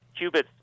Qubits